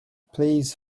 please